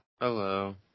hello